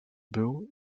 był